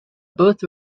both